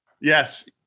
Yes